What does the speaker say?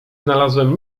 znalazłem